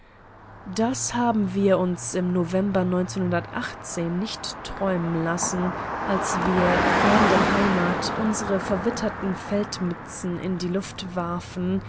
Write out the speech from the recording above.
das haben wir uns im november nicht träumen lassen als wir fern der heimat unsere verwitterten feldmützen in die luft warfen